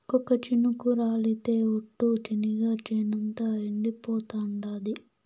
ఒక్క చినుకు రాలితె ఒట్టు, చెనిగ చేనంతా ఎండిపోతాండాది